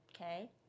Okay